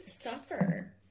suffer